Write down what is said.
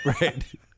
Right